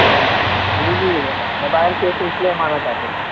ہوں جی جی موبائل کے سلسلے میں آنا چاہتے تھے